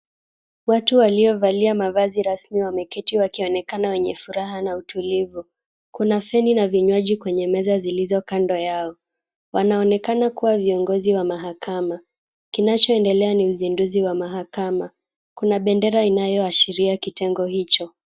Watu walio valia mavazi rasmi wameketi wakionekana wenye furaha na utulivu. Kuna feni na vinywaji kwenye meza zilizo kando yao. Wanaonekana kuwa viongozi wa mahakama. Kinachoendelea ni uzinduzi wa mahakama. Kuna bedera inayoashiria kitengo hicho.